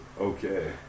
okay